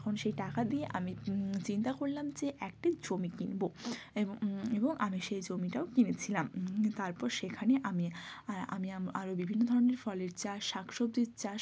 তখন সেই টাকা দিয়ে আমি চিন্তা করলাম যে একটি জমি কিনবো এবং এবং আমি সেই জমিটাও কিনেছিলাম তারপর সেখানে আমি আর আমি আম আরও বিভিন্ন ধরনের ফলের চাষ শাকসবজির চাষ